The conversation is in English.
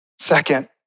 Second